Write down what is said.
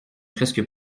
presque